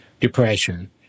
depression